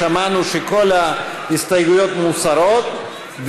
שמענו שכל ההסתייגויות מוסרות,